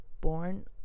born